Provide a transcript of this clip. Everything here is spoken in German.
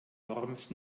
worms